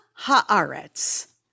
Haaretz